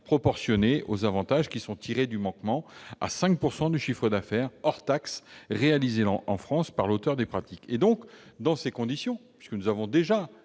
proportionné aux avantages qui sont tirés du manquement à 5 % du chiffre d'affaires hors taxes réalisé en France par l'auteur des pratiques. Dans ces conditions, puisqu'un dispositif